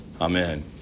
Amen